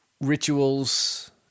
rituals